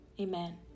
amen